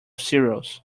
cereals